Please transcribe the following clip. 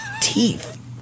teeth